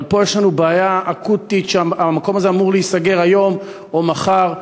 אבל פה יש לנו בעיה אקוטית שהמקום הזה אמור להיסגר היום או מחר.